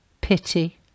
pity